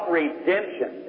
redemption